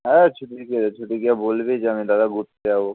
হ্যাঁ ছুটিকে ছুটিকে বলবি যে আমি দাদা ঘুরতে যাবো